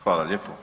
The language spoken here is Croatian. Hvala lijepo.